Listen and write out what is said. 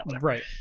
right